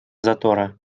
затора